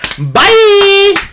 Bye